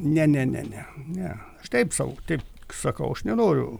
ne ne ne ne ne aš taip sau taip sakau aš nenoriu